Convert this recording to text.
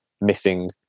missing